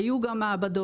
היו גם מעבדות.